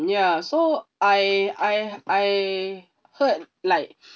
ya so I I I heard like